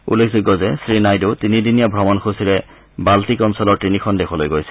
উল্লেখযোগ্য যে শ্ৰীনাইডু তিনিদিনীয়া ভ্ৰমণসূচীৰে বাল ্টিক অঞ্চলৰ তিনিখন দেশলৈ গৈছে